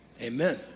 amen